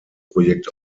projekt